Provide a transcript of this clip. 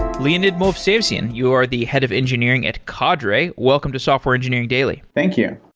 leonid movsesyan, you are the head of engineering at cadre. welcome to software engineering daily thank you.